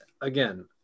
again